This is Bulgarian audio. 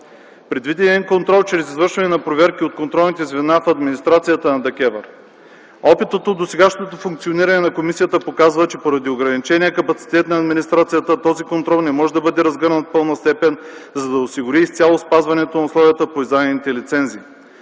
предвидения контрол чрез извършване на проверки от контролните звена в администрацията на ДКЕВР. Опитът от досегашното функциониране на комисията показва, че поради ограничения капацитет на администрацията този контрол не може да бъде разгърнат в пълна степен, за да осигури изцяло спазването на условията по издадените лицензи.